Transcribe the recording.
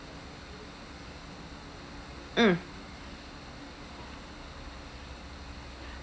mm